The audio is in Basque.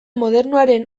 modernoaren